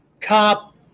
cop